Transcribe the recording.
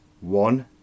one